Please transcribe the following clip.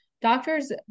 Doctors